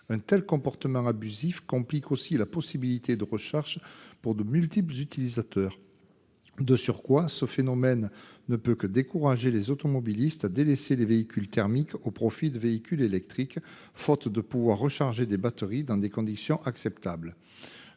Un tel comportement abusif complique la possibilité de recharge pour nombre d'utilisateurs. De surcroît, ce phénomène ne peut que décourager les automobilistes de délaisser les véhicules thermiques au profit des véhicules électriques, étant donné qu'ils ne peuvent recharger leurs batteries dans des conditions acceptables.